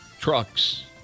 trucks